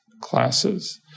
classes